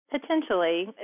Potentially